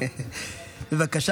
בבקשה.